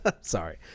Sorry